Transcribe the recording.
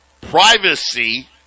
Privacy